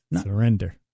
Surrender